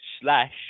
slash